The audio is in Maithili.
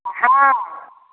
आ हॅं